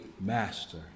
master